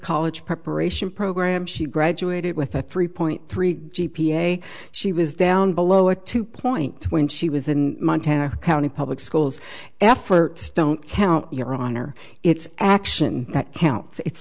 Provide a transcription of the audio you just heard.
college preparation program she graduated with a three point three g p a she was down below a two point two when she was in montana county public schools efforts don't count your honor it's action that counts it's